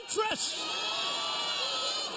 interest